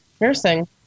nursing